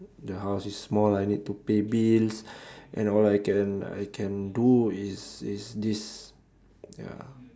the house is small I need to pay bills and all I can I can do is this this ya